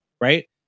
right